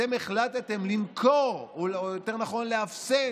אתם החלטתם למכור, או יותר נכון לאפסן